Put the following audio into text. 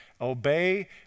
Obey